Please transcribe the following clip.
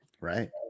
Right